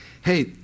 Hey